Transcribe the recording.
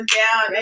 down